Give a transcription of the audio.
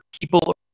people